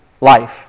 life